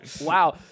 Wow